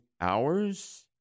hours